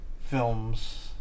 films